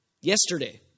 yesterday